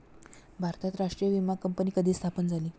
भारतात राष्ट्रीय विमा कंपनी कधी स्थापन झाली?